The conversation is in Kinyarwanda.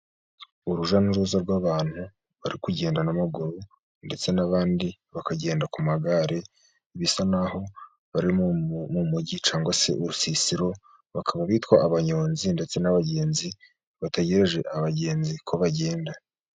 Urujya n'uruza rw'abantu bari kugenda n'amaguru ndetse n'abandi bakagenda ku magare. Bisa n'aho bari mu mujyi cyangwa se urusisiro bakaba bitwa abanyonzi. Ndetse n'abagenzi bategereje abagenzi ko bagenda.